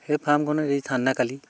সেই ফাৰ্মখনত এই ঠাণ্ডাকালি